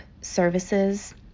services